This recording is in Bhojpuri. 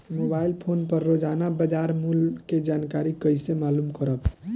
मोबाइल फोन पर रोजाना बाजार मूल्य के जानकारी कइसे मालूम करब?